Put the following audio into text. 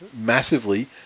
massively